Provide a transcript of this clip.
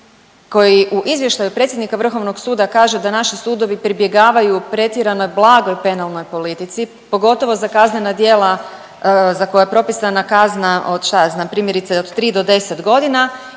koji u izvještaju predsjednika vrhovnog suda kaže da naši sudovi pribjegavaju pretjeranoj blagoj penalnoj politici pogotovo za kaznena djela za koja je propisana kazna od šta ja znam